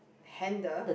handle